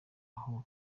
aho